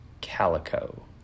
Calico